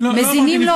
מזינים לו,